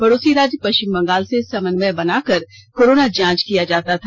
पड़ोसी राज्य पष्विम बंगाल से समन्यय बनाकर कोरोना जांच किया जाता था